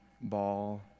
ball